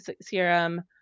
serum